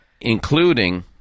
including